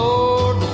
Lord